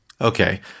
Okay